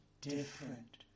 different